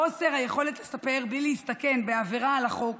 חוסר היכולת לספר בלי להסתכן בעבירה על החוק